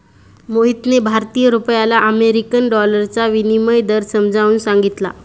मोहितने भारतीय रुपयाला अमेरिकन डॉलरचा विनिमय दर समजावून सांगितला